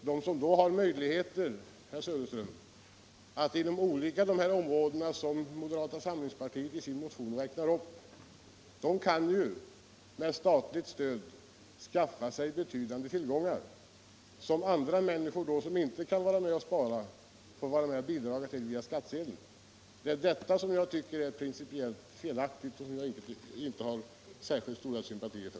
De som har möjligheter att spara inom dessa olika områden som moderata samlingspartiet i sin motion räknar upp kan ju då med statligt stöd skaffa sig betydande tillgångar som andra människor, som inte kan vara med och spara, får bidra till via skattsedeln. Det är detta som jag tycker är principiellt felaktigt och som jag inte har särskilt stora sympatier för.